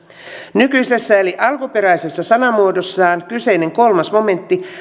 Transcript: nykyisessä eli alkuperäisessä sanamuodossaan kyseinen kolmas momentti